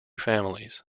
families